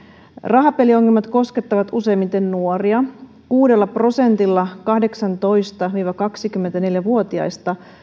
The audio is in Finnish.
rahapeliongelmat koskettavat useimmiten nuoria kuudella prosentilla kahdeksantoista viiva kaksikymmentäneljä vuotiaista